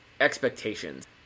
expectations